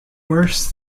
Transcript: worse